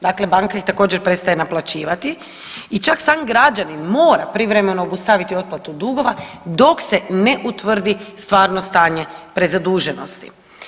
Dakle, banka ih također prestaje naplaćivati i čak sam građanin mora privremeno obustaviti otplatu dugova dok se ne utvrdi stvarno stanje prezaduženosti.